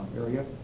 area